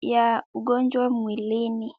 ya ugonjwa mwilini.